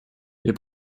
ihr